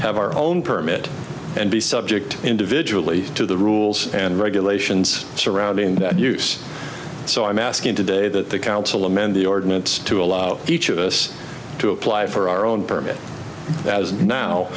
have our own permit and be subject individually to the rules and regulations surrounding that use so i'm asking today that the council amend the ordinance to allow each of us to apply for our own permit as now